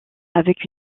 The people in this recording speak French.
avec